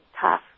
tough